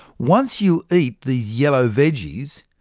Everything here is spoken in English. once you eat these yellow vegies,